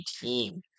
team